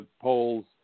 polls